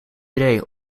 idee